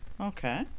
okay